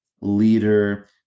leader